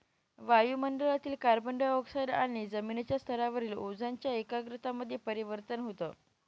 वायु मंडळातील carbon dioxide आणि जमिनीच्या स्तरावरील ओझोनच्या एकाग्रता मध्ये परिवर्तन होतं